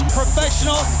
professional